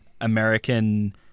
American